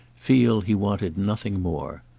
feel he wanted nothing more.